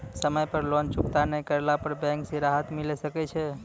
समय पर लोन चुकता नैय करला पर बैंक से राहत मिले सकय छै?